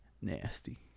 Nasty